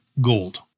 gold